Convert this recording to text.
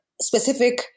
specific